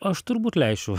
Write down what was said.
aš turbūt leisčiau